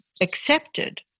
accepted